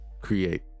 create